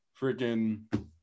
freaking